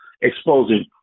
exposing